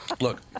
Look